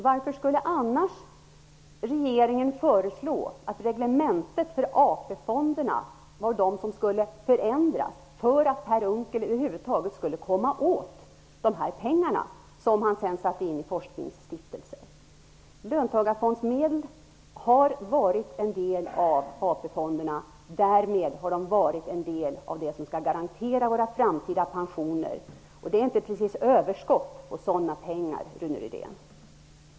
Varför skulle regeringen annars föreslå att reglementet för AP-fonderna är det som skulle förändras för att Per Unckel över huvud taget skulle komma åt de här pengarna, som han sedan placerade i forskningsstiftelser? Löntagarfondsmedel har varit en del av AP fonderna. Därmed har de varit en del av det som skall garantera våra framtida pensioner. Det är inte precis överskott när det gäller sådana pengar, Rune Rydén!